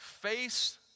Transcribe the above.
face